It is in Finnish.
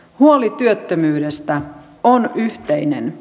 huoli työttömyydestä on yhteinen